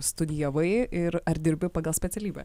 studijavai ir ar dirbi pagal specialybę